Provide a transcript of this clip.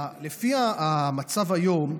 לפי המצב היום,